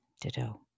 Ditto